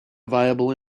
viable